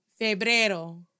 Febrero